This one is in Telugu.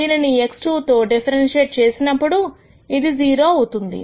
దీనిని x2 తో డిఫ్రెన్షియేట్ చేసినప్పుడు ఇది 0 అవుతుంది